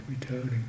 returning